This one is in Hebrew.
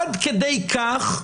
עד כדי כך,